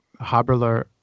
Haberler